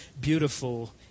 beautiful